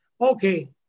Okay